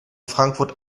frankfurt